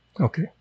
Okay